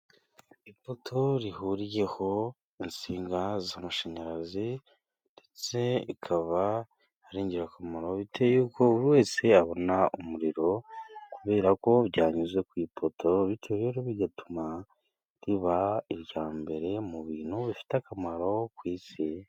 Ipoto rihuriyeho insinga z'amashanyarazi, ndetse ikaba ari ingirakamaro biteye ubwoba. Buri wese abona umuriro kubera ko byanyuze ku ipoto, bityo rero bigatuma riba irya mbere mu bintu bifite akamaro ku isi.